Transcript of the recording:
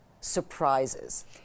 surprises